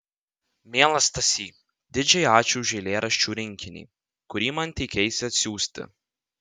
mielas stasy didžiai ačiū už eilėraščių rinkinį kurį man teikeisi atsiųsti